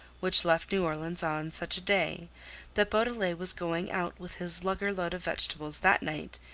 which left new orleans on such a day that beaudelet was going out with his lugger-load of vegetables that night,